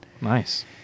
Nice